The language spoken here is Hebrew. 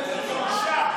תתביישו.